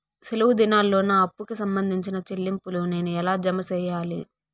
సెలవు దినాల్లో నా అప్పుకి సంబంధించిన చెల్లింపులు నేను ఎలా జామ సెయ్యాలి?